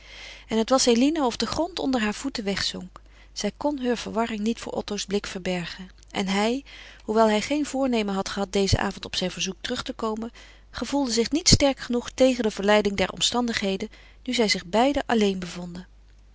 en het was eline of de grond onder haar voeten wegzonk zij kon heur verwarring niet voor otto's blik verbergen en hij hoewel hij geen voornemen had gehad dezen avond op zijn verzoek terug te komen gevoelde zich niet sterk genoeg tegen de verleiding der omstandigheden nu zij zich beiden alleen bevonden